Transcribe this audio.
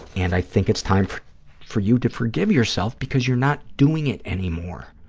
and i think it's time for for you to forgive yourself because you're not doing it anymore.